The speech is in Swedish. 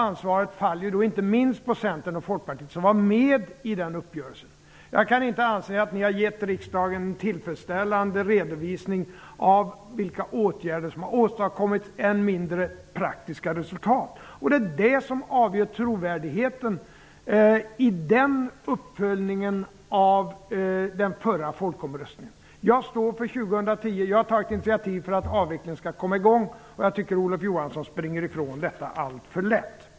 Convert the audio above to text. Ansvaret faller inte minst på Centern och Folkpartiet som var med i den uppgörelsen. Jag kan inte anse att ni har gett riksdagen tillfredsställande redovisning av vilka åtgärder som har åstadkommits, än mindre av praktiska resultat. Det är detta som avgör trovärdigheten när det gäller uppföljningen av förra folkomröstningen. Jag står fast vid att avvecklingen skall komma i gång 2010. Jag tycker att Olof Johansson springer ifrån detta alltför lätt.